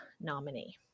nominee